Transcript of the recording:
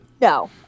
No